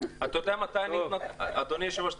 אדוני היושב-ראש,